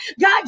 God